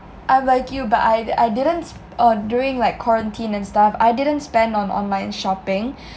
I'm like you but I I didn't s~ uh during like quarantine and stuff I didn't spend on online shopping